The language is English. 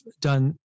done